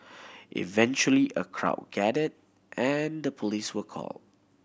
eventually a crowd gathered and the police were called